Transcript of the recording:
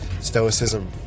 stoicism